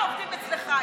השופטים שלך עובדים אצלך.